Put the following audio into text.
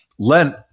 Lent